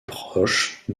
proche